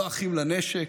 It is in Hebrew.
לא "אחים לנשק",